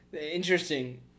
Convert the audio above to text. interesting